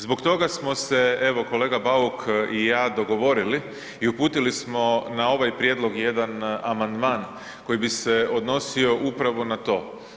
Zbog toga smo se evo, kolega Bauk i ja dogovorili i uputili smo na ovaj prijedlog jedan amandman koji bi se odnosio upravo na to.